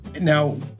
Now